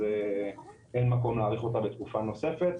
אין מקום להאריך אותה בתקופה נוספת.